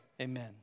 Amen